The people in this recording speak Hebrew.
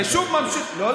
נא לרדת.